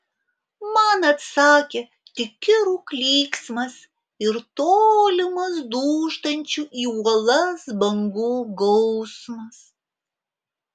man atsakė tik kirų klyksmas ir tolimas dūžtančių į uolas bangų gausmas